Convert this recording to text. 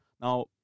Now